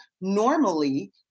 normally